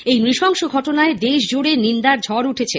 ওই নৃশংস ঘটনায় দেশজুড়ে নিন্দার ঝড় উঠেছে